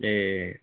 ए